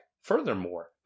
Furthermore